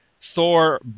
Thor